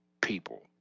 people